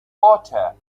water